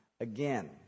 again